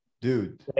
Dude